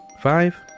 Five